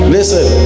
Listen